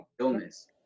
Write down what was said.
illness